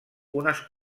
unes